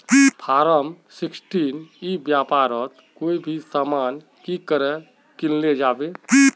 Form sixteen ई व्यापारोत कोई भी सामान की करे किनले जाबे?